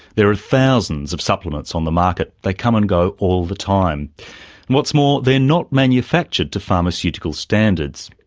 there are thousands of supplements on the market, they come and go all the time, and what's more they are not manufactured to pharmaceutical standards.